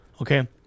Okay